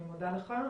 אני מודה לך.